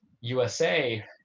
USA